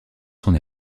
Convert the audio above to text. son